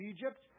Egypt